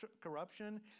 corruption